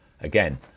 Again